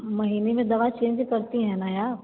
महीने में दवा चेंज करती हैं ना आप